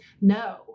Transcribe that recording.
No